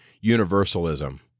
universalism